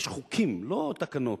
יש חוקים, לא תקנות.